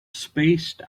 spaced